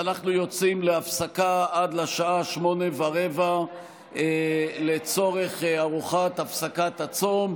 אנחנו יוצאים להפסקה עד לשעה 20:15 לצורך ארוחת הפסקת הצום,